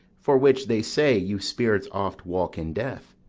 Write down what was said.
for which, they say, you spirits oft walk in death,